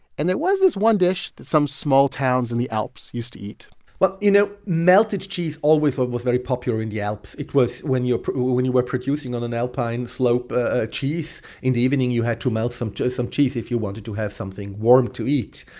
and there was this one dish that some small towns in the alps used to eat well, you know, melted cheese always, though, was very popular in the alps. it was when you when you were producing, on an alpine slope, ah cheese. in the evening, you had to melt some cheese if you wanted to have something warm to eat.